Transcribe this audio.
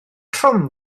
trwm